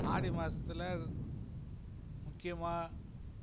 ஆடி மாசத்தில் முக்கியமாக